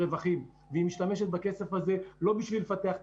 והיא משתמשת בכסף הזה לא בשביל לפתח את